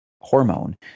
hormone